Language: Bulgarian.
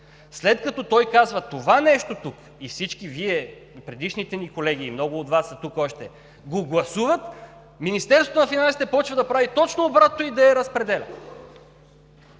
След като той казва това нещо тук и всички Вие, предишните ни колеги, много от Вас са тук още, го гласуват, Министерството на финансите започва да прави точно обратното и да я разпределя.